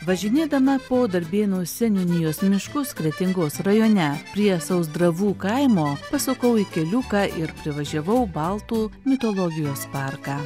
važinėdama po darbėnų seniūnijos miškus kretingos rajone prie sausdravų kaimo pasukau į keliuką ir privažiavau baltų mitologijos parką